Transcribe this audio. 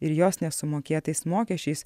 ir jos nesumokėtais mokesčiais